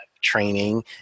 training